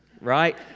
right